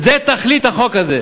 זו תכלית החוק הזה.